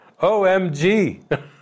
OMG